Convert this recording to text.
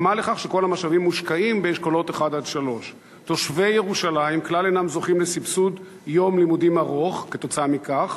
3. תושבי ירושלים כלל אינם זוכים לסבסוד יום לימודים ארוך כתוצאה מכך,